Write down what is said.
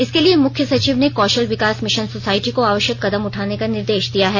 इसके लिए मुख्य सचिव ने कौशल विकास मिशन सोसाइटी को आवश्यक कदम उठाने का निर्देश दिया है